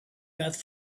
death